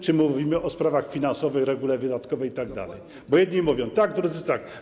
czy mówimy o sprawach finansowych, regule wydatkowej itd., bo jedni mówią tak, drudzy tak.